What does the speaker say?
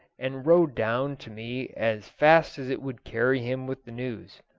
and rode down to me as fast as it would carry him with the news.